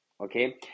okay